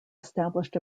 established